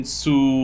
su